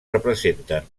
representen